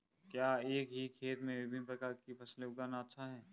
क्या एक ही खेत में विभिन्न प्रकार की फसलें उगाना अच्छा है?